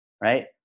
right